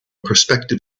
prospective